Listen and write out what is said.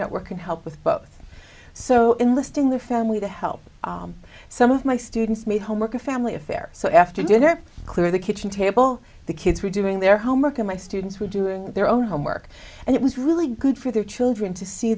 network can help with both so enlisting the family to help some of my students made homework a family affair so after dinner clear the kitchen table the kids were doing their homework and my students were doing their own homework and it was really good for their children to see